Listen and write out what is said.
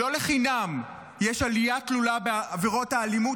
לא לחינם יש עלייה תלולה בעבירות האלימות